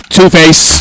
Two-Face